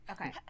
Okay